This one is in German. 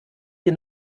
wir